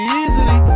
easily